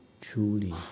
truly